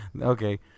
Okay